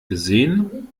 gesehen